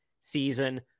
season